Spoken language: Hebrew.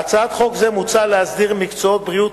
בהצעת חוק זו מוצע להסדיר מקצועות בריאות